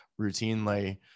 routinely